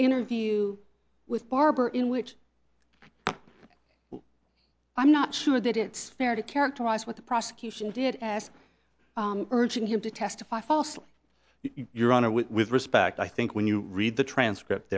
interview with barber in which i'm not sure that it's fair to characterize what the prosecution did ask urging him to testify falsely your honor with respect i think when you read the transcript